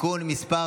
(תיקון מס'